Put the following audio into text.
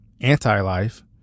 anti-life